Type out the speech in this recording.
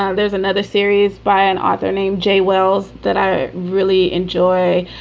ah there's another series by an author named james wells that i really enjoy.